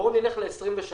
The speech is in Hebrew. בואו נלך ל-23,